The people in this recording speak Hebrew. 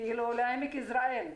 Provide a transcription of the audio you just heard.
כאילו לעמק יזרעאל.